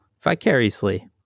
vicariously